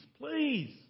please